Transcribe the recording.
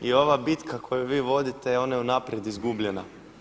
I ova bitka koju vi vodite ona je unaprijed izgubljena.